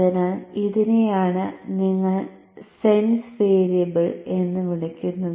അതിനാൽ ഇതിനെയാണ് നിങ്ങൾ സെൻസ് വേരിയബിൾ എന്ന് വിളിക്കുന്നത്